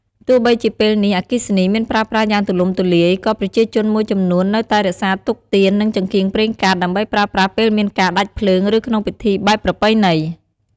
ទោះបីជាពេលនេះអគ្គិសនីមានប្រើប្រាស់យ៉ាងទូលំទូលាយ ក៏ប្រជាជនមួយចំនួននៅតែរក្សាទុកទៀន និងចង្កៀងប្រេងកាត ដើម្បីប្រើប្រាស់ពេលមានការដាច់ភ្លើង ឬក្នុងពិធីបែបប្រពៃណី ។